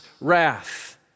wrath